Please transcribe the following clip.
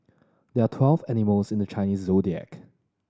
there are twelve animals in the Chinese Zodiac